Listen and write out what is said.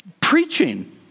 preaching